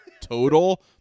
total